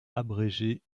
abrégé